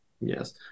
Yes